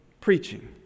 preaching